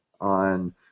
on